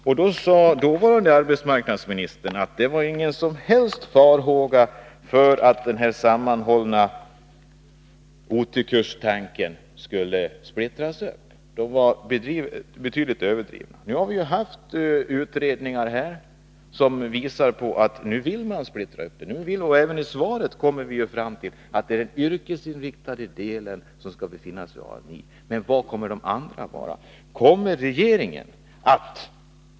Då sade den dåvarande arbetsmarknadsministern att farhågorna var betydligt överdrivna, att det inte fanns någon som helst risk för att den sammanhållna OT-kursen skulle splittras upp. Nu har vi haft utredningar som visar att man vill splittra upp verksamheten. Även i svaret kommer man ju fram till att det är den yrkesinriktade delen som skall befinna sig hos Ami-S. Men var kommer de andra delarna att vara?